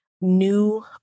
new